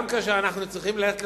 גם כאשר אנחנו צריכים ללכת לרופא,